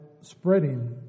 spreading